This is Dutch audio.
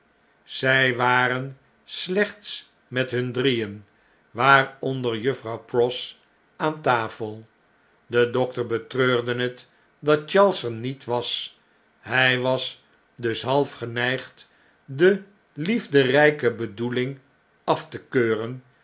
zjj waren slechts met hun drieen waar onder juffrouw pross aan tafel de dokter betreurde het dat charles er niet was hjj was dus half geneigd de liefderjjke bedoeling af te keuren